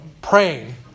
praying